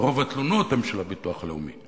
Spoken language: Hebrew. רוב התלונות הן על הביטוח הלאומי.